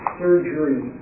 surgery